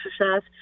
exercise